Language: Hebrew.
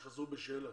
אלה שחזרו בשאלה.